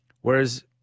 Whereas